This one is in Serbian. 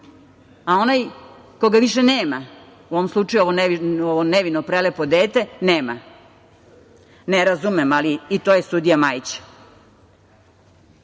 a onaj koga više nema, u ovom slučaju ovo nevino prelepo dete, nema. Ne razumem, ali i to je sudija Majić. Isti